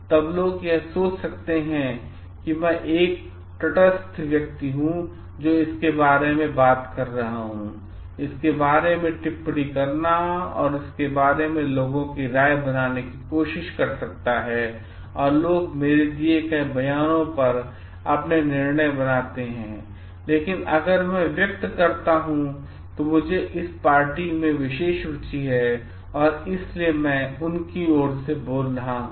तब लोग यह सोच सकते हैं कि मैं एक तटस्थ व्यक्ति हूं जो इसके बारे में बात कर रहा है इसके बारे में टिप्पणी करना और इसके बारे में लोगों की राय बनाने की कोशिश कर सकता है और लोग मेरे दिए गए बयानों पर अपने निर्णय बनाते हैं लेकिन अगर मैं व्यक्त करता हूं जैसे मुझे इस पार्टी में विशेष रुचि है और इसलिए मैं उनकी ओर से बोल रहा हूं